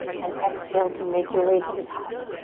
and exhale to make your way to the top.